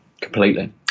completely